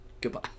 goodbye